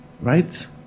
right